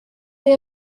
they